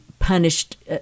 punished